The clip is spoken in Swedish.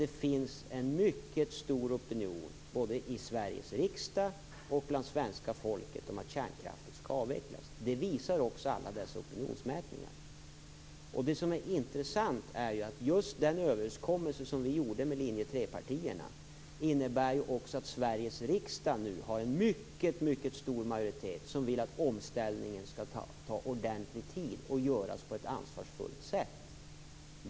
Det finns en mycket stor opinion, både i Sveriges riksdag och bland svenska folket, för att kärnkraften skall avvecklas. Det visar också alla dessa opinionsmätningar. Det som är intressant är att den överenskommelse vi gjorde med linje 3-partierna innebär att Sveriges riksdag nu har en mycket stor majoritet som vill att omställningen skall ta ordentlig tid och göras på ett ansvarsfullt sätt.